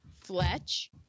Fletch